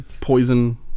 poison